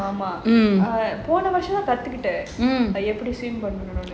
போன வருஷம் கத்துகிட்டேன் எப்படி பண்ணனும்னு:pona varusham kathukittaen eppadi pannanumnu